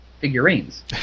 figurines